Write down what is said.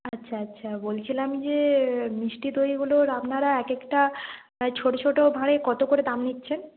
আচ্ছা আচ্ছা বলছিলাম যে মিষ্টি দইগুলোর আপনারা এক একটা ছোটো ছোটো ভাঁড়ে কত করে দাম নিচ্ছেন